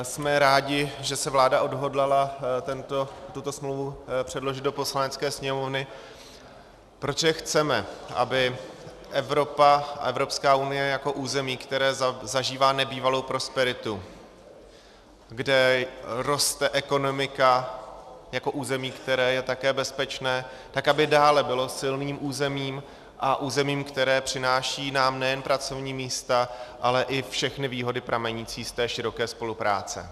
Jsme rádi, že se vláda odhodlala tuto smlouvu předložit do Poslanecké sněmovny, protože chceme, aby Evropa a Evropská unie jako území, které zažívá nebývalou prosperitu, kde roste ekonomika, jako území, které je také bezpečné, aby dále bylo silným územím a územím, které přináší nám nejen pracovní místa, ale i všechny výhody pramenící z té široké spolupráce.